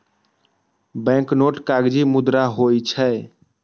banknote कागजी मुद्रा होइ छै